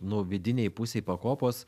nu vidinėj pusėj pakopos